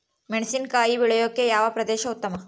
ಮೆಣಸಿನಕಾಯಿ ಬೆಳೆಯೊಕೆ ಯಾವ ಪ್ರದೇಶ ಉತ್ತಮ?